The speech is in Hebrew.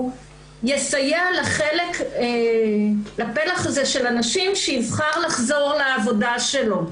יסייע לפלח הזה של הנשים שיבחר לחזור לעבודה שלו,